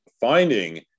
finding